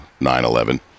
9-11